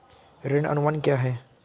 ऋण अनुमान क्या है?